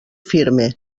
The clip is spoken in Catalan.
firme